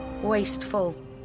wasteful